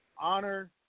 honor